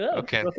okay